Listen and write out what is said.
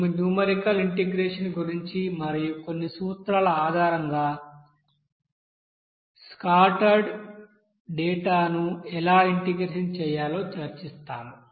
మేము numerical integration గురించి మరియు కొన్ని సూత్రాల ఆధారంగా స్కాటర్డ్ డేటాను ఎలా ఇంటెగ్రేషన్ చేయాలో చర్చిస్తాము